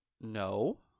no